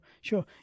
sure